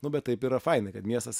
nu bet taip yra fainai kad miestas